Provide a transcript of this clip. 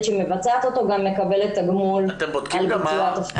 שמבצעת אותו מקבלת תגמול על ביצוע התפקיד.